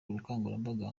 ubukangurambaga